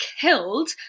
killed